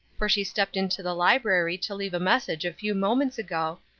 for she stepped into the library to leave a message a few moments ago,